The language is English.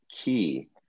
key